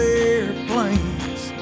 airplanes